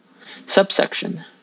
Subsection